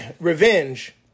revenge